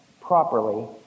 properly